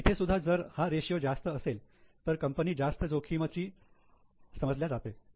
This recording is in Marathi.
तर इथे सुद्धा जर हा रेषीयो जास्त असेल तर कंपनी जास्त जोखीमची समजल्या जाते